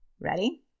Ready